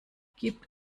gibt